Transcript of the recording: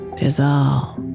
dissolve